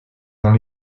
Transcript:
dans